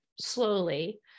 slowly